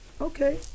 okay